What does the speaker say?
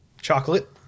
chocolate